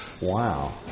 Wow